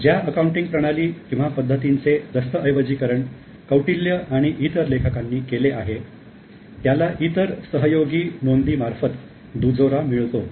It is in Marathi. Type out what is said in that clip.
ज्या अकाउंटिंग प्रणाली किंवा पद्धतींचे दस्तऐवजीकरण कौटिल्य आणि इतर लेखकांनी केले आहे त्याला इतर सहयोगी नोंदी मार्फत दुजोरा मिळतो